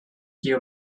you